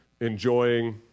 enjoying